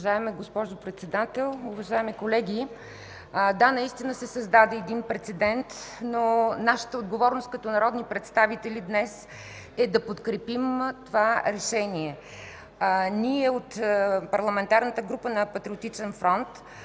Уважаема госпожо Председател, уважаеми колеги! Да, наистина се създаде прецедент, но нашата отговорност като народни представители днес е да подкрепим това решение. От Парламентарната група на Патриотичен фронт